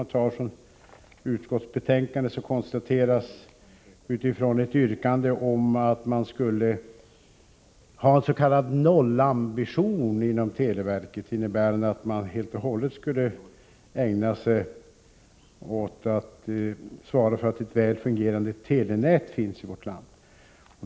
I ett betänkande från trafikutskottet behandlas ett yrkande om ens.k. nollambition för televerket, innebärande att detta uteslutande skulle svara för att det finns ett väl fungerande telenät i vårt land.